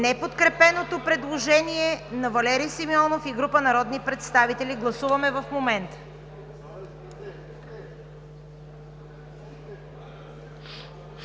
неподкрепеното предложение на Валери Симеонов и група народни представители. Гласували 138